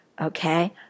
okay